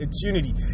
unity